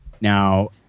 Now